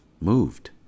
moved